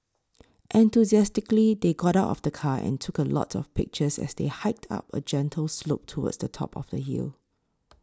enthusiastically they got out of the car and took a lot of pictures as they hiked up a gentle slope towards the top of the hill